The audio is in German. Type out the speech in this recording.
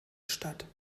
statt